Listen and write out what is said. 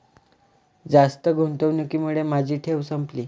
जास्त गुंतवणुकीमुळे माझी ठेव संपली